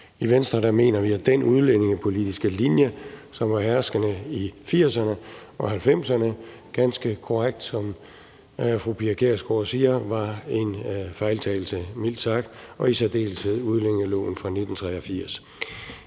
I Venstre mener vi, at den udlændingepolitiske linje, som var herskende i 1980'erne og 1990'erne, ganske korrekt, som fru Pia Kjærsgaard siger, var en fejltagelse, mildt sagt – i særdeleshed udlændingeloven fra 1983.